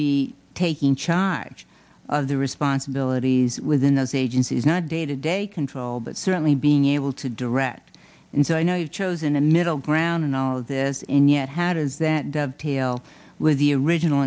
be taking charge of the responsibilities within those agencies not day to day control but certainly being able to direct and so i know you've chosen a middle ground in all of this and yet how does that pale with the original